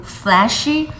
flashy